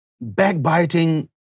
backbiting